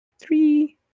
three